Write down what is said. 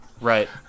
Right